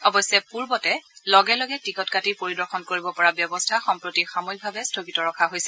অৱশ্যে পূৰ্বতে লগে লগে টিকট কাটি পৰিদৰ্শন কৰিব পৰা ব্যৱস্থা সম্প্ৰতি সাময়িকভাৱে স্থগিত ৰখা হৈছে